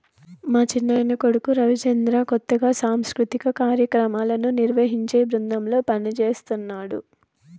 మా చిన్నాయన కొడుకు రవిచంద్ర కొత్తగా సాంస్కృతిక కార్యాక్రమాలను నిర్వహించే బృందంలో పనిజేస్తన్నడు